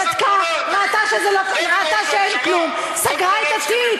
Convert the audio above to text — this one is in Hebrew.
בדקה, ראתה שאין כלום, סגרה את התיק.